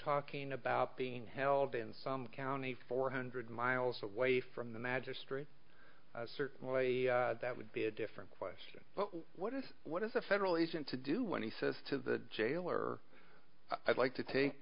talking about being held in some county four hundred miles away from the magistrate certainly that would be a different question but what is what is a federal agent to do when he says to the jailer i'd like to take